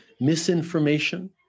misinformation